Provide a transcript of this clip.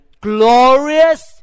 glorious